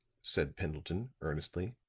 said pendleton, earnestly,